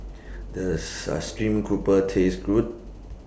Does Sa Stream Grouper Taste Good